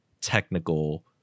technical